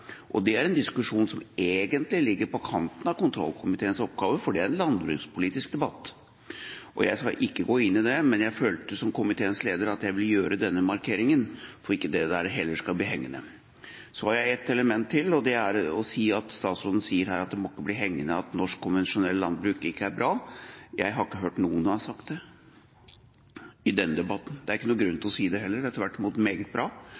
dette? Det er en diskusjon som egentlig ligger på kanten av kontroll- og konstitusjonskomiteens oppgave, for det er en landbrukspolitisk debatt. Jeg skal ikke gå inn i det, men jeg følte som komiteens leder at jeg ville gjøre denne markeringen for at heller ikke dette skal bli hengende. Så har jeg et element til. Statsråden sier her at det ikke må bli hengende igjen at norsk konvensjonelt landbruk ikke er bra. Jeg har ikke hørt at noen har sagt det i denne debatten. Det er ingen grunn til å si det heller – det er tvert imot meget bra